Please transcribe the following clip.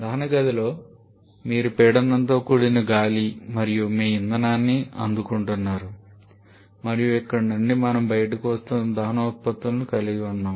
దహన గదిలో మీరు పీడనంతో కూడిన గాలి మరియు మీ ఇంధనాన్ని అందుకుంటున్నారు మరియు ఇక్కడ నుండి మనము బయటకు వస్తున్న దహన ఉత్పత్తులను కలిగి ఉన్నాము